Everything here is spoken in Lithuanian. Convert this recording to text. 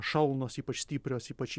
šalnos ypač stiprios ypač